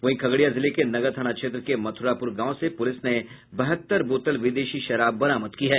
वहीं खगड़िया जिले के नगर थाना क्षेत्र के मथुरापुर गांव से पुलिस ने बहत्तर बोतल विदेशी शराब बरामद की है